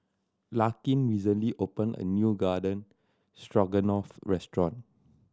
Larkin recently opened a new Garden Stroganoff restaurant